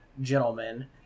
gentlemen